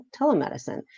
telemedicine